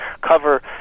cover